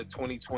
2020